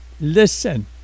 listen